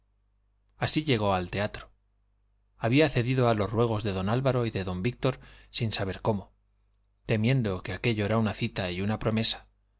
así llegó al teatro había cedido a los ruegos de d álvaro y de d víctor sin saber cómo temiendo que aquello era una cita y una promesa